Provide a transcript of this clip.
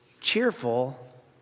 cheerful